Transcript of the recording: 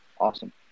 Awesome